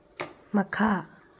ꯃꯈꯥ